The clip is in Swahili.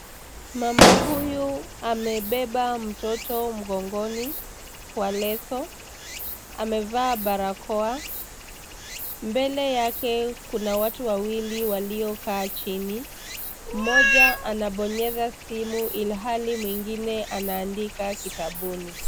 Mama huyu amebeba mtoto mgongoni kwa leso. Amevaa barakoa. Mbele yake kuna watu wawili waliokaa chini. Mmoja anabonyeza simu ilhali mwingine anaandika kitabuni.